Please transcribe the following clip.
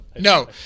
no